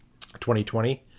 2020